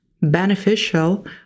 beneficial